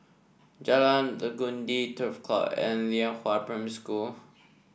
Jalan Legundi Turf Club and Lianhua Primary School